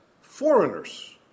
foreigners